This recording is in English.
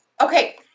Okay